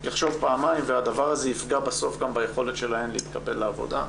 הוא יחשוב פעמיים והדבר הזה יפגע בסוף גם ביכולת שלהן להתקבל לעבודה.